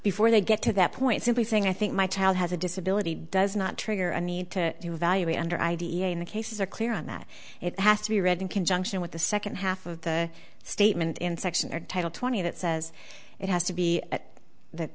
before they get to that point simply thing i think my child has a disability does not trigger a need to evaluate under id in the cases are clear on that it has to be read in conjunction with the second half of the statement in section or title twenty that says it has to be